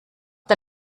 der